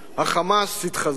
ה"חמאס" התחזק,